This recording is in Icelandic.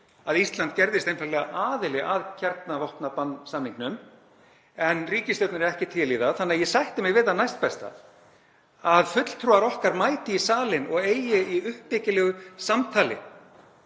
að Ísland gerðist einfaldlega aðili að kjarnavopnabannssamningnum. En ríkisstjórnin er ekki til í það þannig að ég sætti mig við það næstbesta, að fulltrúar okkar mæti í salinn og eigi í uppbyggilegu samtali,